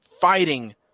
fighting